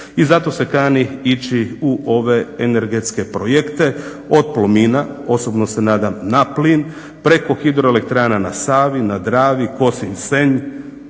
I zato se kani ići u ove energetske projekte od Plomina, osobno se nadam na plin, preko HE na Savi, na Dravi, Kosinj-Senj,